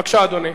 בבקשה, אדוני.